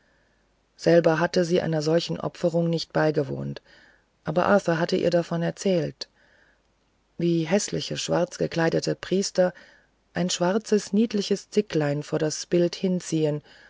selber hatte sie einer solchen opferung nicht beigewohnt aber arthur hatte ihr davon erzählt wie häßliche schwarzgekleidete priester ein schwarzes niedliches zicklein vor das bild hinziehen